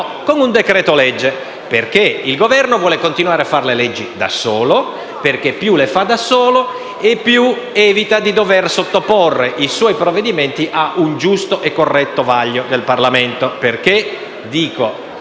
con un decreto-legge, perché il Governo vuole continuare a fare le leggi da solo, perché più le fa da solo più evita di dover sottoporre i suoi provvedimenti ad un giusto e corretto vaglio del Parlamento. Dico